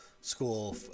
School